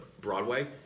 Broadway